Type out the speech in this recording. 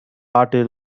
party